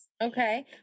okay